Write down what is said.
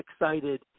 excited